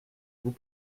vous